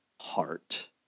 heart